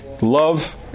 love